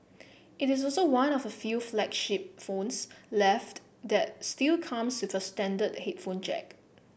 it is also one of the few flagship phones left that still comes with a standard headphone jack